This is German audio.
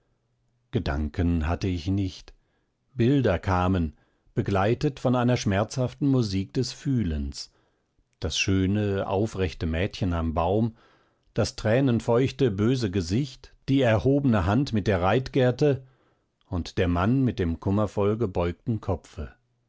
gedanken hatte ich nicht bilder kamen begleitet von einer schmerzhaften musik des fühlens das schöne aufrechte mädchen am baum das tränenfeuchte böse gesicht die erhobene hand mit der reitgerte und der mann mit dem kummervoll gebeugten kopfe